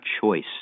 choice